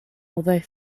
although